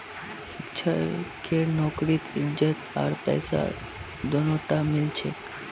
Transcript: शिक्षकेर नौकरीत इज्जत आर पैसा दोनोटा मिल छेक